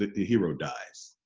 the hero dies.